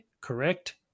correct